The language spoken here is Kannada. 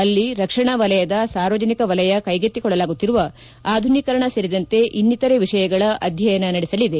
ಅಲ್ಲಿ ರಕ್ಷಣಾ ವಲಯದ ಸಾರ್ವಜನಿಕ ವಲಯ ಕ್ಕೆಗೆತ್ತಿಕೊಳ್ಳಲಾಗುತ್ತಿರುವ ಆಧುನೀಕರಣ ಸೇರಿದಂತೆ ಇನ್ನಿತರೆ ವಿಷಯಗಳ ಅಧ್ಯಯನ ನಡೆಸಲಿದೆ